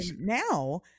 now